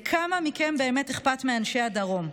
לכמה מכם באמת אכפת מאנשי הדרום?